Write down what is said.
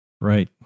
right